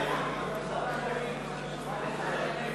נתקבלו.